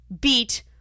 beat